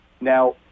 Now